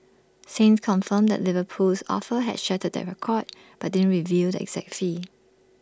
saints confirmed that Liverpool's offer had shattered the record but didn't reveal the exact fee